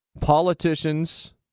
Politicians